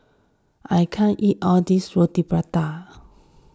I can't eat all this Roti Prata